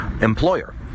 employer